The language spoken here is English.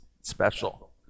special